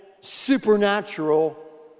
supernatural